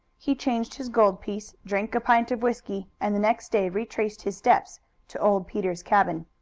he changed his gold piece, drank a pint of whisky, and the next day retraced his steps to old peter's cabin.